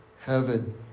heaven